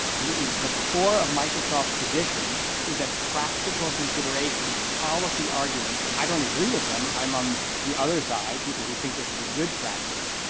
the the core of microsoft's position is that practical considerations, policy arguments, i don't agree with them. i'm on the other side, people who think this is a good practice,